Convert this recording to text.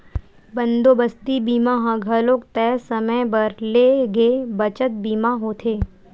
बंदोबस्ती बीमा ह घलोक तय समे बर ले गे बचत बीमा होथे